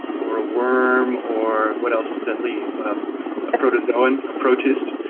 or a worm, or what else does that leave? a protozoan, a protist,